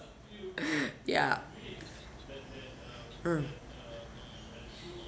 ya mm